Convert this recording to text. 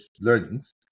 learnings